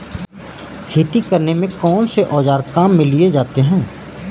खेती करने में कौनसे औज़ार काम में लिए जाते हैं?